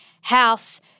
house